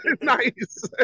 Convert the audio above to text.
Nice